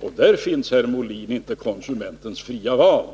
och där finns, herr Molin, inte konsumentens fria val.